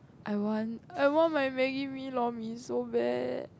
I want I want my maggi mee lor-mee so bad